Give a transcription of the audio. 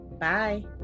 Bye